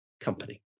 company